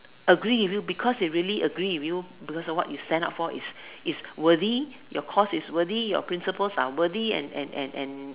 agree with you because they really agree with you because what you stand up for you is is worthy your course is worth your principals are worthy and and and and